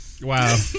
Wow